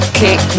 kick